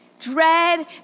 Dread